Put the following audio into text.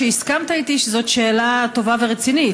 שהסכמת איתי שזאת שאלה טובה ורצינית,